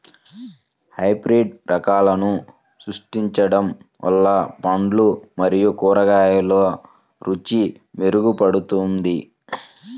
hybrid రకాలను సృష్టించడం వల్ల పండ్లు మరియు కూరగాయల రుచి మెరుగుపడుతుంది